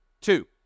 Two